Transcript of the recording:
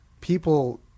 people